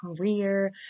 career